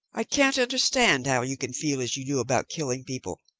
i can't understand how you can feel as you do about killing people,